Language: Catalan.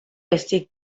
estic